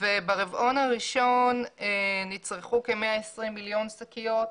ברבעון הראשון נצרכו כ-120 מיליון שקיות,